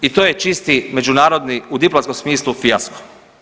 I to je čisti međunarodni u diplomatskom smislu fijasko.